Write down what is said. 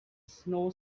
snow